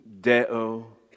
Deo